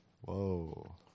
Whoa